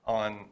on